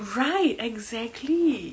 right exactly